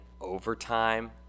overtime